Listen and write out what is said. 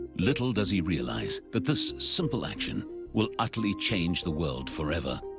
little does he realize that this simple action will utterly change the world forever.